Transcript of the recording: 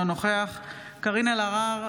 אינו נוכח קארין אלהרר,